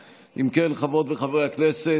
אני מוסיף את קולותיהם של חברי הכנסת